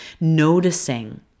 Noticing